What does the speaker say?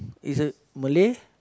is it Malay